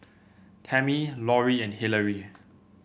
Tamie Laurie and Hilary